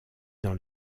dans